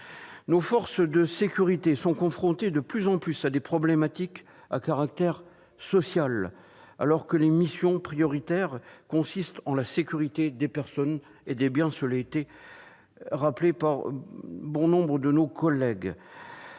Nos forces de sécurité se trouvent de plus en plus confrontées à des problématiques à caractère social, alors que leurs missions prioritaires consistent en la sécurité des personnes et des biens, ce qui a été souligné par bon nombre de nos collègues,